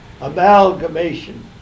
amalgamation